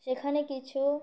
সেখানে কিছু